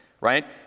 right